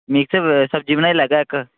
mix सब्ज़ी बनाई लैगा इक